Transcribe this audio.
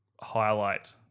highlight